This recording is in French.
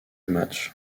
match